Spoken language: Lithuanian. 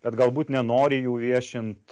bet galbūt nenori jų viešint